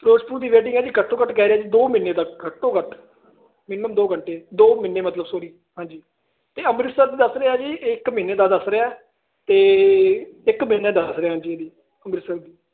ਫਿਰੋਜ਼ਪੁਰ ਦੀ ਵੈਟਿੰਗ ਆ ਜੀ ਘੱਟੋ ਘੱਟ ਕਹਿ ਰਿਹਾ ਦੋ ਮਹੀਨੇ ਤੱਕ ਘੱਟੋ ਘੱਟ ਮਨੀਮਮ ਦੋ ਘੰਟੇ ਦੋ ਮਹੀਨੇ ਮਤਲਬ ਸੋਰੀ ਹਾਂਜੀ ਤੇ ਅੰਮ੍ਰਿਤਸਰ ਚ ਦੱਸ ਰਿਹਾ ਜੀ ਇੱਕ ਮਹੀਨੇ ਦਾ ਦੱਸ ਰਿਹਾ ਤੇ ਇੱਕ ਮਦਾ ਹੀਨੇ ਦੱਸ ਰਿਹਾ ਹਾਂਜੀ ਹਾਂਜੀ ਸਰ